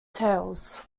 tails